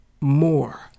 more